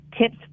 tips